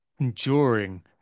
enduring